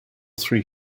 three